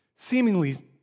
Seemingly